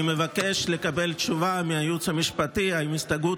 אני מבקש לקבל תשובה מהייעוץ המשפטי אם הסתייגות